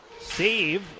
save